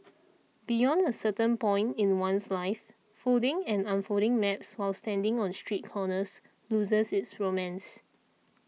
beyond a certain point in one's life folding and unfolding maps while standing on street corners loses its romance